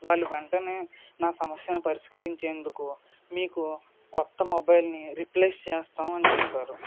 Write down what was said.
వాళ్లు వెంటనే నా సమస్యను పరిష్కరించేందుకు మీకు కొత్త మొబైల్ని రీప్లేస్ చేస్తాం అని చెప్పారు